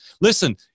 Listen